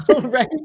right